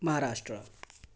Maharashtra